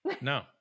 No